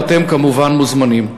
ואתם כמובן מוזמנים.